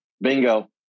Bingo